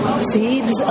Seeds